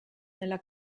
nella